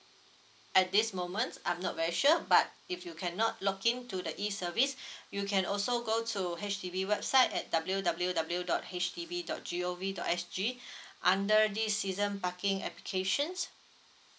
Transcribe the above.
at this moment I'm not very sure but if you cannot login to the E service you can also go to H_D_B website at W W W dot H D B dot G O V dot S G under this season parking applications